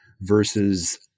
versus